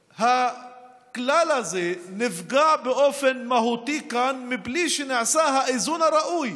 והכלל הזה נפגע באופן מהותי כאן בלי שנעשה האיזון הראוי